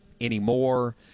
anymore